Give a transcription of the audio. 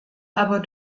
aber